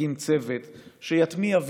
תקים צוות שיטמיע,